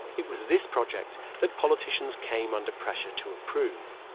it was this project that politicians came under pressure to approve